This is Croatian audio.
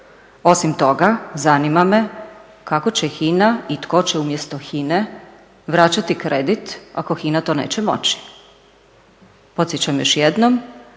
Osim toga, zanima me kako će HINA i tko će umjesto HINA-e vraćati kredit, ako HINA to neće moći? Podsjećam još jednom,